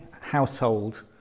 household